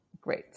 great